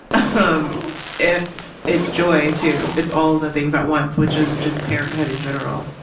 um it's it's joy, too. it's all the things at once, which is just parenthood in general